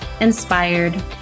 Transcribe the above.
inspired